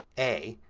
a,